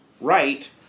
right